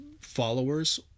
followers